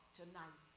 tonight